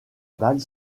balle